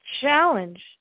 challenge